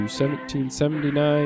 1779